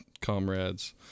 comrades